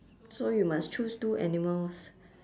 so you must choose two animals